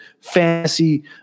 fantasy